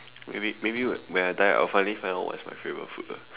maybe maybe when when I die I'll finally find out what is my favorite food lah